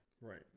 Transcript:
Right